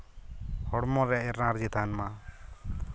ᱦᱚᱲᱢᱚ ᱨᱮ ᱮᱱᱟᱨᱡᱤ ᱛᱟᱦᱮᱱ ᱢᱟ